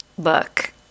book